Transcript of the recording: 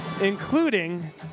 including